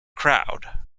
crowd